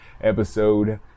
episode